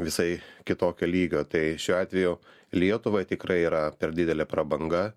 jisai kitokio lygio tai šiuo atveju lietuvai tikrai yra per didelė prabanga